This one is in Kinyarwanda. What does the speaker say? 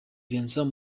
vincent